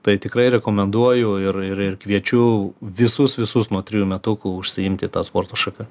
tai tikrai rekomenduoju ir ir ir kviečiu visus visus nuo trijų metukų užsiimti ta sporto šaka